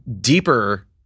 deeper